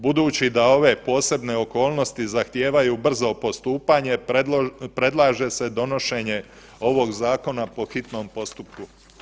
Budući da ove posebne okolnosti zahtijevaju brzo postupanje predlaže se donošenje ovog zakona po hitnom postupku.